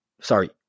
sorry